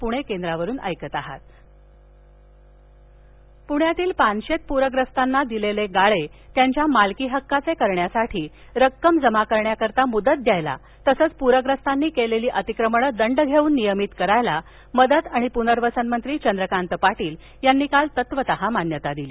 पानशेत पुण्यातील पानशेत पूरग्रस्तांना दिलेले गाळे त्यांच्या मालकी हक्काचे करण्यासाठी रक्कम जमा करण्यासाठी मुदत देण्यास तसंच पूरग्रस्तांनी केलेली वतिक्रमण दंड घेऊन नियमित करण्यास मदत आणि पुनर्वसनमंत्री चंद्रकांत पाटील यांनी काल तत्वत मान्यता दिली